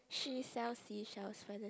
she sell seashell on the